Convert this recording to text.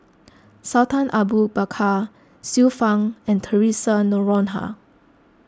Sultan Abu Bakar Xiu Fang and theresa Noronha